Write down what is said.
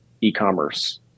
e-commerce